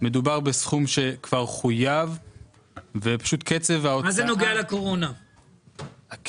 מדובר בסכום שכבר חויב ופשוט קצב ההוצאה --- מה זה נוגע לקורונה?